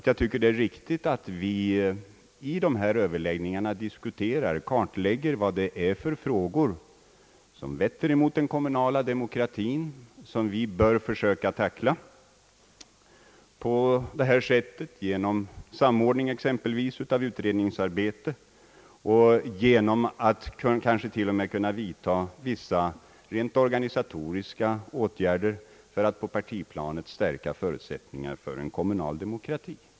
Jag anser det väsentligt att vi under överläggningarna diskuterar och kartlägger de frågor som vetter mot den kommunala demokratin och som vi bör försöka tackla genom exempelvis samordning av utredningsarbete och genom att kanske t.o.m. kunna vidta vissa rent organisatoriska åtgärder för att på partiplanet stärka förutsättningarna för en kommunal demokrati.